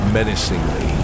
Menacingly